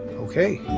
ok.